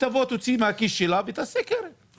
שתוציא כסף מהכיס שלה ותעשה קרן.